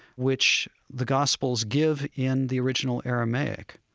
which the gospels give in the original aramaic.